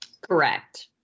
Correct